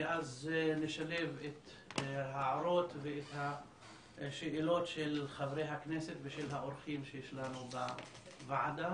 ואז נשלב הערות ושאלות של חברי הכנסת ושל האורחים שיש לנו בוועדה.